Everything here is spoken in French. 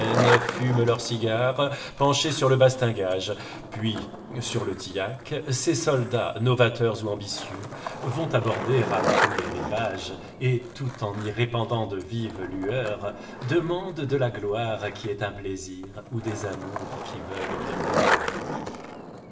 leurs cigares penchés sur le bastingage puis sur le tillac ses soldats novateurs ou ambitieux vont aborder à tous les rivages et tout en y répandant de vives lueurs demandent de la gloire qui est un plaisir ou des amours qui veulent de l'or